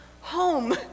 home